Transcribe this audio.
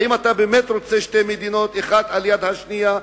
האם אתה באמת רוצה שתי מדינות אחת ליד השנייה,